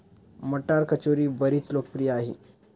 मटार कचोरी बरीच लोकप्रिय आहे